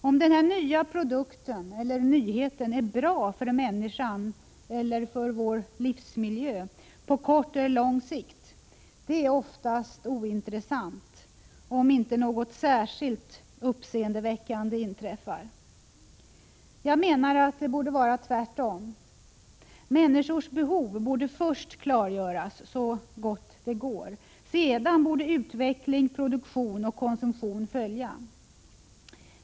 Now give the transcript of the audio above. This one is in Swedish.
Om denna nya produkt är bra för människan eller för vår livsmiljö, på kort eller lång sikt, är oftast ointressant, om inte något särskilt uppseendeväckande inträffar. Det borde vara tvärtom. Människors behov borde först klargöras — så långt det nu går — sedan borde utveckling, produktion och konsumtion följa.